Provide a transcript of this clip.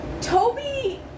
Toby